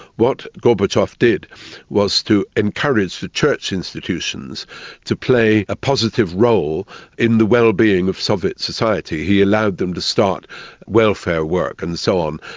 what gorbachev did was to encourage the church institutions to play a positive role in the wellbeing of soviet society. he allowed them to start welfare work and so on,